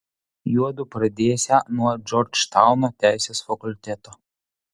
juodu pradėsią nuo džordžtauno teisės fakulteto